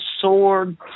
sword